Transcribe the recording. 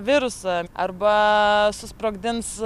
virusą arba susprogdins